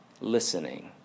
listening